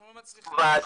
אנחנו לא מצליחים לשמוע.